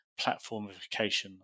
platformification